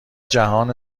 جهان